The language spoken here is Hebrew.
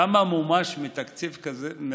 כמה מומש מהתקציב?